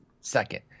second